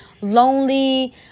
lonely